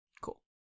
Cool